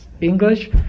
English